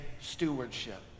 stewardship